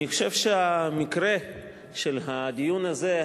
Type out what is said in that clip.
אני חושב שהמקרה של הדיון הזה,